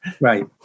Right